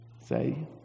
say